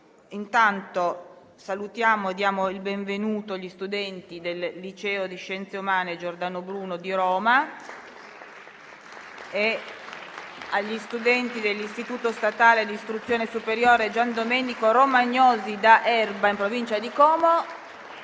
finestra"). Salutiamo e diamo il benvenuto agli studenti del Liceo di scienze umane «Giordano Bruno» di Roma e agli studenti dell'Istituto statale di istruzione superiore «Gian Domenico Romagnosi» di Erba, in Provincia di Como,